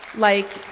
like